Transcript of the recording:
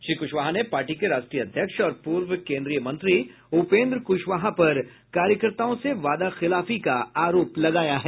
श्री कुशवाहा ने पार्टी के राष्ट्रीय अध्यक्ष और पूर्व केन्द्रीय मंत्री उपेन्द्र कुशवाहा पर कार्यकर्ताओं से वादाखिलाफी का आरोप लगाया है